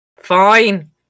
Fine